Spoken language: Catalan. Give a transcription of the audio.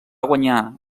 guanyar